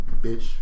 bitch